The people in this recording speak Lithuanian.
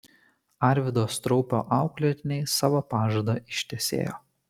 arvydo straupio auklėtiniai savo pažadą ištesėjo